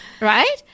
Right